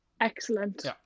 Excellent